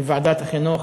בוועדת החינוך